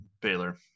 Baylor